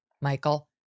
Michael